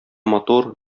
матур